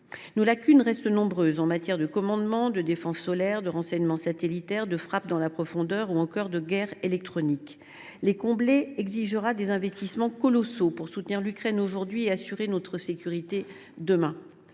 Nos lacunes restent nombreuses en matière de commandement, de défense solaire, de renseignement satellitaire, de frappe dans la profondeur ou encore de guerre électronique. Les combler exigera des investissements colossaux pour soutenir l’Ukraine aujourd’hui et assurer notre sécurité demain.